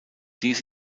dies